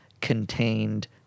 contained